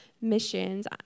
missions